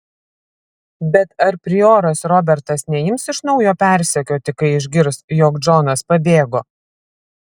bet ar prioras robertas neims iš naujo persekioti kai išgirs jog džonas pabėgo